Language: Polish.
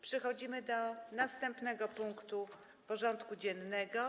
Przechodzimy do następnego punktu porządku dziennego.